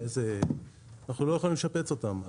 אנחנו לא יכולים לשפץ אותן.